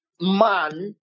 man